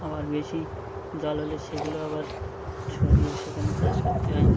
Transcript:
আবার বেশি জল হলে সেগুলো আবার ছড়িয়ে সেখানে চাষ করতে হয়